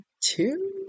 two